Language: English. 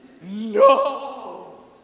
No